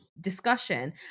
discussion